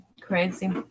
crazy